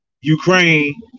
Ukraine